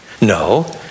No